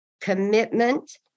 commitment